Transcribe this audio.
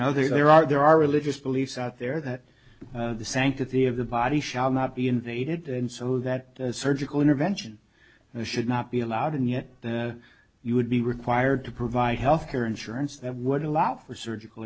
know there are there are religious beliefs out there that the sanctity of the body shall not be invaded and so that surgical intervention and should not be allowed and yet you would be required to provide health care insurance that would allow for surgical